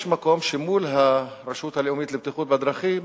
יש מקום שמול הרשות הלאומית לבטיחות בדרכים